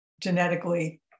genetically